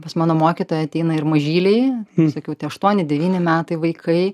pas mano mokytoją ateina ir mažyliai visokių tie aštuoni devyni metai vaikai